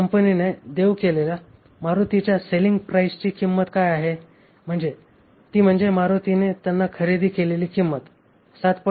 या कंपनीने देऊ केलेल्या मारुतीच्या सेलिंग प्राइसची काय किंमत आहे ती म्हणजे मारुतीची त्यांनी खरेदी केलेली किंमत 7